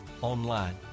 online